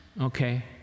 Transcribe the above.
Okay